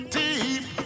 deep